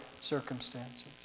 circumstances